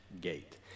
gate